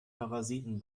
parasiten